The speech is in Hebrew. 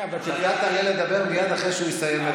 כן, אתה תעלה מייד אחרי שהוא יסיים לדבר.